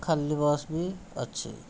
ଖାଲି ବସ୍ ବି ଅଛି